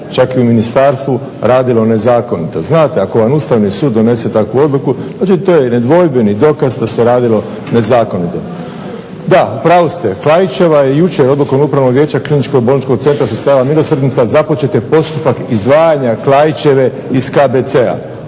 čak i u ministarstvu radilo nezakonito. Znate ako vam Ustavni sud donese takvu odluku znači to je nedvojbeni dokaz da se radilo nezakonito. Da, u pravu ste. Klaićeva je jučer odlukom Upravnog vijeća KBC Sestara milosrdnica započet je postupak izdvajanja Klaićeve iz KBC-a.